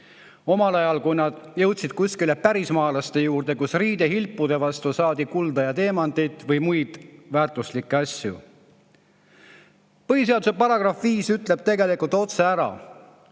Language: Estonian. omal ajal, kui nad jõudsid kuskile pärismaalaste juurde, kus riidehilpude vastu saadi kulda, teemante või muid väärtuslikke asju. Põhiseaduse § 5 ütleb tegelikult otse ära,